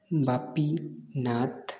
Bapi Nath